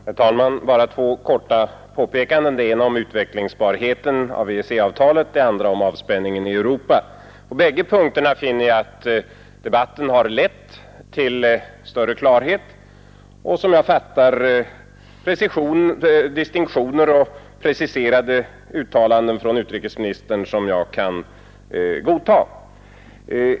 Herr talman! Bara två korta påpekanden — det ena om utvecklingsbarheten av EEC-avtalet, det andra om avspänningen i Europa. På bägge punkterna finner jag att debatten har lett till större klarhet och — som jag fattar det — distinktioner och preciserade uttalanden från utrikesministern som jag kan godta.